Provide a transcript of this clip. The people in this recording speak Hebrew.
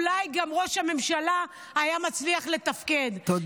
אולי גם ראש הממשלה היה מצליח לתפקד -- תודה רבה.